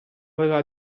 aveva